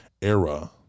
era